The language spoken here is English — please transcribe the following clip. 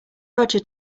roger